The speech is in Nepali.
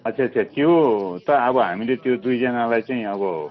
अच्छा अच्छा त्यो त अब हामीले त्यो दुईजानालाई चाहिँ अब